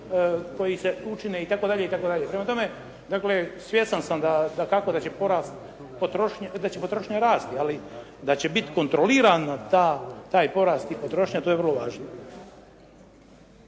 koji se učine, itd., itd.. Prema tome, dakle, svjestan sam tako da će porast potrošnje, da će potrošnja rasti, ali da će biti kontrolirana ta, taj porast i potrošnja, to je vrlo važno.